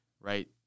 right